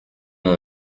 n’en